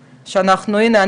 והנה,